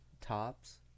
tops